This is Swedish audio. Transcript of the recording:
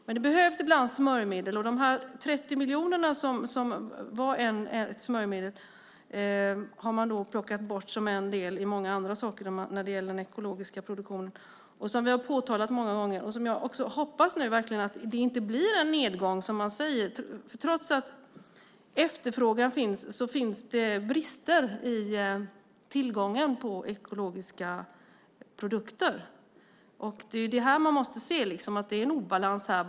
Men det behövs ibland smörjmedel, och de 30 miljoner som var ett smörjmedel har man plockat bort som en del av många andra saker när det gäller ekologisk produktion, som vi har påtalat många gånger. Jag hoppas nu verkligen att det inte blir en nedgång, som man säger. Trots att efterfrågan finns så finns det brister i tillgången på ekologiska produkter. Man måste se att det finns en obalans här.